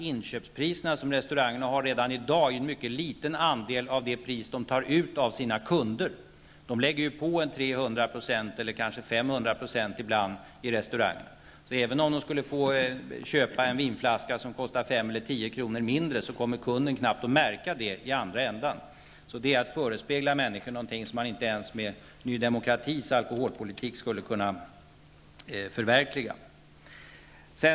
Inköpspriserna för restaurangerna utgör redan i dag en mycket liten del av det pris som de tar ut av sina kunder. Restaurangerna lägger på 300 % och ibland 500 % på priset. Så även om restaurangerna skulle få köpa en vinflaska som kostar 5 eller 10 kr. mindre än i dag kommer kunden knappast att märka det. Detta är alltså att förespegla människor något som man inte ens med Ny Demokratis alkoholpolitik skulle kunna förverkliga.